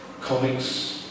comics